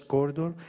Corridor